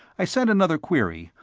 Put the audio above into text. i sent another query,